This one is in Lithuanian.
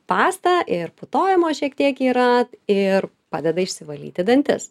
pasta ir putojimo šiek tiek yra ir padeda išsivalyti dantis